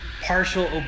Partial